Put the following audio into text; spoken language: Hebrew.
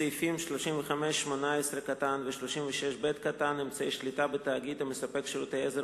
סעיפים 35(18) ו-36(ב) (אמצעי שליטה בתאגיד המספק שירותי עזר